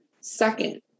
Second